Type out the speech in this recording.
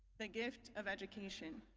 the gift of education.